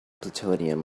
plutonium